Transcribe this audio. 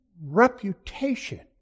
reputation